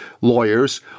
lawyers